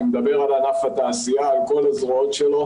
אני מדבר על כל הזרועות של ענף התעשייה.